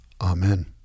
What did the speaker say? Amen